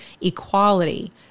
equality